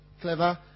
clever